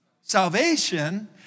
salvation